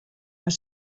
mar